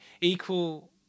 Equal